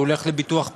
הוא הולך לביטוח פרטי.